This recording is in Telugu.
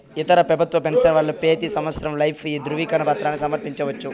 ఇతర పెబుత్వ పెన్సవర్లు పెతీ సంవత్సరం లైఫ్ దృవీకరన పత్రాని సమర్పించవచ్చు